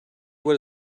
what